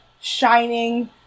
shining